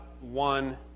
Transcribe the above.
one